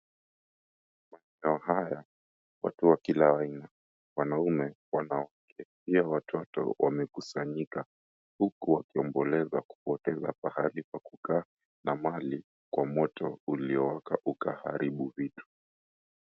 Maeneo haya watu wa kila aina wanaume, wanawake pia watoto wamekusanyika huku wakiomboleza kupoteza pahali pa kukaa na mali kwa moto uliowaka ukaharibu vitu.